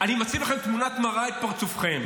אני מציב לכם בתמונת מראה את פרצופכם.